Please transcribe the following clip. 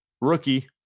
rookie